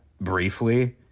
briefly